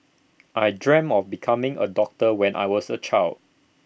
I dreamt of becoming A doctor when I was A child